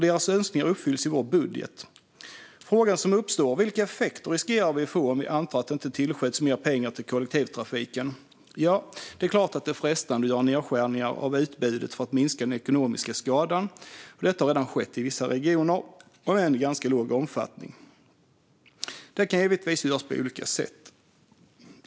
Deras önskningar uppfylls nämligen i vår budget. En fråga som uppstår är: Vilka effekter riskerar vi att få om vi antar att det inte tillskjuts mer pengar till kollektivtrafiken? Ja, det är såklart frestande att göra nedskärningar av utbudet för att minska den ekonomiska skadan. Detta har redan skett i vissa regioner, om än i låg omfattning. Detta kan givetvis göras på olika sätt.